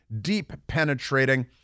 deep-penetrating